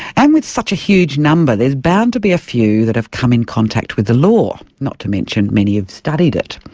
and with such a huge number there's bound to be a few that have come in contact with the law, not to mention many have studied it.